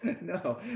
no